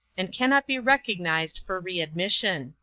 and cannot be recognized for readmission.